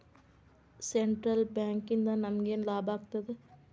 Central ಬ್ಯಾಂಕಿಂದ ನಮಗೇನ್ ಲಾಭಾಗ್ತದ?